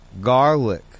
Garlic